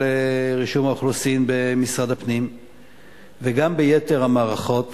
רישום האוכלוסין במשרד הפנים וגם את יתר המערכות